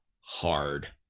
hard